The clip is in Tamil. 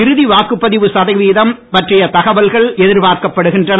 இறுதி வாக்குப்பதிவு சதவீதம் பற்றிய தகவல்கள் எதிர்பார்க்கப்படுகின்றன